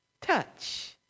touch